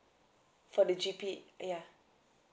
for the G P yeah